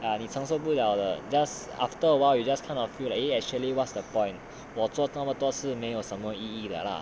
ya 你承受不了的 just after awhile you just kind of feel like eh actually what's the point 我做那么多是没有什么意义的 lah